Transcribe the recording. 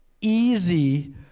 easy